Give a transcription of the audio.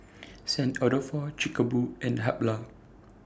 Saint Dalfour Chic A Boo and Habhal